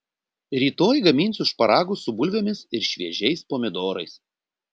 rytoj gaminsiu šparagus su bulvėmis ir šviežiais pomidorais